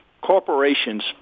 corporations